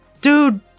dude